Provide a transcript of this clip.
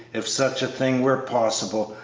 if such a thing were possible,